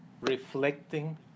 reflecting